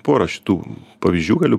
pora šitų pavyzdžių galiu